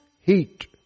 heat